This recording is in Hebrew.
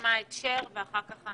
נשמע עכשיו את שר, בבקשה.